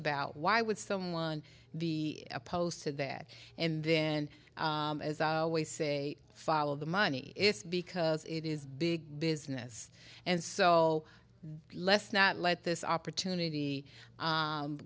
about why would someone be opposed to that and then always say follow the money it's because it is big business and so let's not let this opportunity